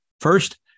First